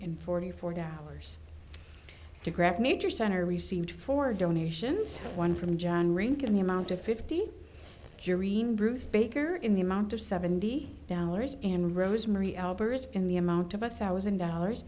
hundred forty four dollars to grant nature center received for donations one from john rincon the amount of fifty jurymen bruce baker in the amount of seventy dollars and rosemarie albert in the amount of a thousand dollars